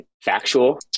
factual